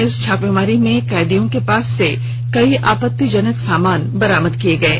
इस छापेमारी में कैदियों के पास से कई आपत्तिजनक सामान बरामद किया गया है